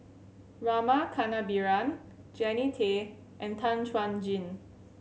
Rama Kannabiran Jannie Tay and Tan Chuan Jin